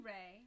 Ray